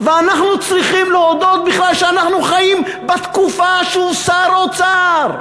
ואנחנו צריכים להודות בכלל שאנחנו חיים בתקופה שהוא שר אוצר,